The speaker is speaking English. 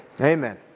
Amen